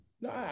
No